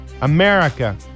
America